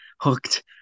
hooked